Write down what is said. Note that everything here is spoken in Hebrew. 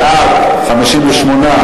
בעד, 58,